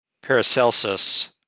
Paracelsus